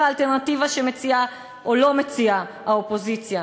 האלטרנטיבה שמציעה או לא מציעה האופוזיציה.